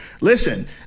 Listen